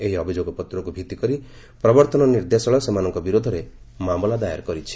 ଏହି ଅଭିଯୋଗପତ୍ରକୁ ଭିତ୍ତିକରି ପ୍ରବର୍ତ୍ତନ ନିର୍ଦ୍ଦେଶାଳୟ ସେମାନଙ୍କ ବିରୋଧରେ ମାମଲା ଦାୟର କରିଛି